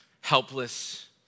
helpless